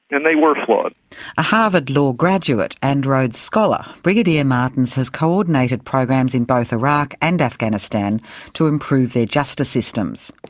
and they were flawed. a harvard law graduate and rhodes scholar, brigadier martins has coordinated programs in both iraq and afghanistan to improve their justice systems.